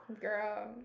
Girl